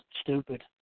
stupid